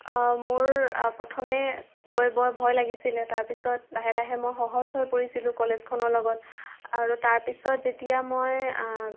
মোৰ প্ৰথমে গৈ বৰ ভয় লাগিছিলে তাৰ পিছত লাহে লাহে মই সহজ হৈ পৰিছিলোঁ মই কলেজখনৰ লগত আৰু তাৰ পিছত যেতিয়া মই